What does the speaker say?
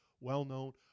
well-known